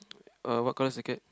uh what colour is the cat